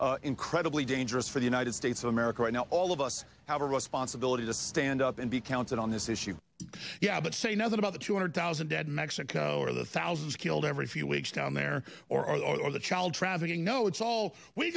is incredibly dangerous for the united states of america right now all of us have a responsibility to stand up and be counted on this issue yeah but say nothing about the two hundred thousand dead mexico or the thousands killed every few weeks down there or or the child trafficking no it's all we